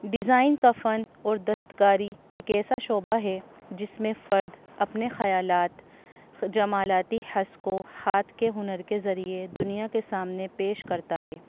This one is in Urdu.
ڈیزائن کا فن اور دستکاری ایک ایسا شعبہ ہے جس میں فرد اپنے خیالات جمالیاتی حس کو ہاتھ کے ہنر کے ذریعے دنیا کے سامنے پیش کرتا ہے